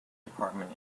department